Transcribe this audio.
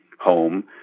home